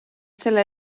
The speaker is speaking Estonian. selle